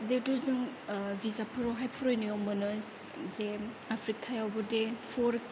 जिहेतु जों बिजाबफोरावहाय फरायनायाव मोनो जे आफ्रिकायावबो दे फर